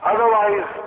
Otherwise